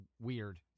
weird